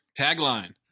Tagline